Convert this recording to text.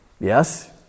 Yes